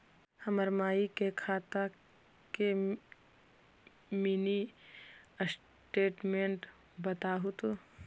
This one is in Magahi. हमर माई के खाता के मीनी स्टेटमेंट बतहु तो?